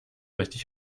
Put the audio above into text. richtig